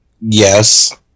Yes